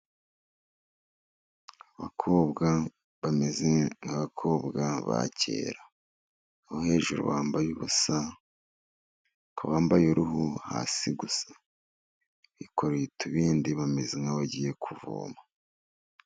Abakobwa bameze nk'abakobwa ba kera, aho hejuru bambaye ubusa, bakaba bambaye uruhu hasi gusa, bikoreye utubindi bameze nk'abagiye kuvoma.